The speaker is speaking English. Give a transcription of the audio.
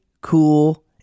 cool